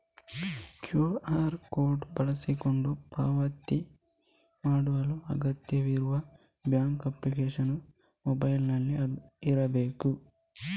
QR code ಬಳಸಿಕೊಂಡು ಪಾವತಿ ಮಾಡಲು ಅಗತ್ಯವಿರುವ ಬ್ಯಾಂಕ್ ಅಪ್ಲಿಕೇಶನ್ ಮೊಬೈಲಿನಲ್ಲಿ ಇರ್ಬೇಕು